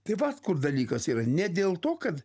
tai vat kur dalykas yra ne dėl to kad